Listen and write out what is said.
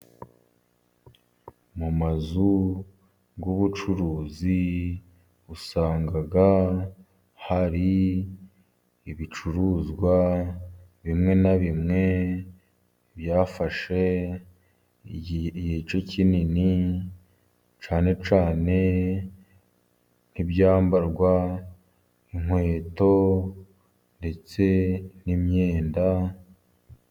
Mu mazu y'ubucuruzi, usanga hari ibicuruzwa bimwe na bimwe byafashe igice kinini, cyane cyane nk'ibyambarwa, inkweto ndetse n'imyenda.